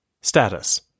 Status